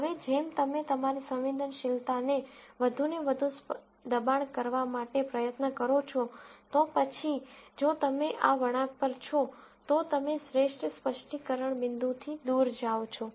હવે જેમ તમે તમારી સંવેદનશીલતાને વધુને વધુ દબાણ કરવા માટે પ્રયત્ન કરો છો તો પછી જો તમે આ વળાંક પર છો તો તમે શ્રેષ્ઠ સ્પષ્ટીકરણ બિંદુથી દૂર જાઓ છો